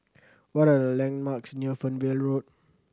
what are the landmarks near Fernvale Road